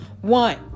one